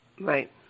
Right